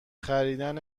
خریدن